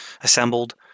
assembled